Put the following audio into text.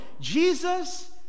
Jesus